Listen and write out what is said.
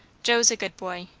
joe's a good boy.